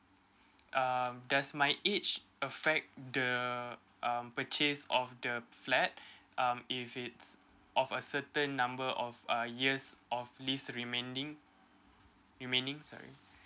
um does my age affect the um purchase of the flat um if it's of a certain number of uh years of lease remaining remaining sorry